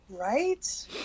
Right